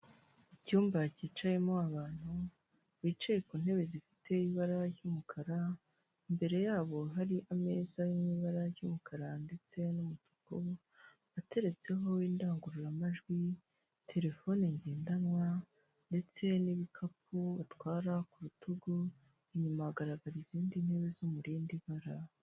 Mu cyumba cyicayemo abantu bicaye ku ntebe zifite ibara ry'umukara imbere yabo hari ameza n'ibara ry'umukara ndetse n'umutuku ateretseho indangururamajwi telefone ngendanwa ndetse n'ibikapu batwara ku rutugu inyuma hagaragaza izindi ntebe zo murindi bara.